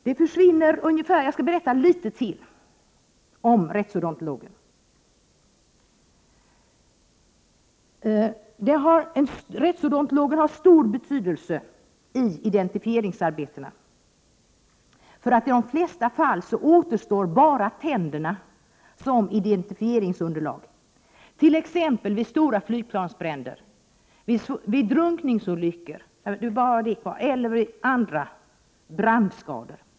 Jag skall berätta litet mer om rättsodontologen. Rättsodontologen har stor betydelse vid identifieringsarbetena. I de flesta fall återstår bara tänderna som identifieringsunderlag. Det gäller t.ex. vid stora flygplansbränder och andra bränder samt vid drunkningsolyckor.